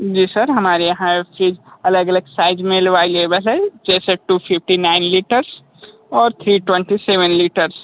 जी sir हमारे यहाँ यह फ्रिज अलग अलग साइज़ में अलवाइलेबल है जैसे टू फिफ्टी नाइन लिटर्स और थ्री ट्वेंटी सेवन लिटर्स